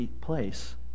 place